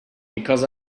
because